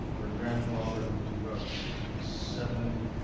her grandfather who was about sixty seven,